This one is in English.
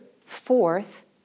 fourth